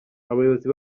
abayobozi